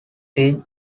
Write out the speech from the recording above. seen